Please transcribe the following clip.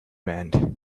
band